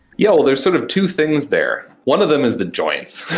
yeah. there are sort of two things there. one of them is the joins.